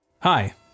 Hi